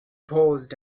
paused